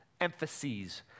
emphases